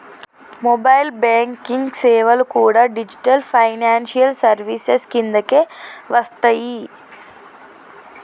mobile banking సేవలు కూడా digital financial services కిందకే వస్తయ్యి